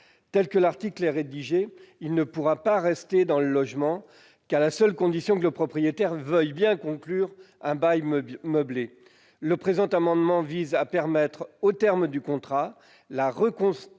Tel que l'article est rédigé, il ne pourra rester dans le logement qu'à la seule condition que le propriétaire veuille bien conclure un bail meublé. Le présent amendement vise à permettre, au terme du contrat, la reconduction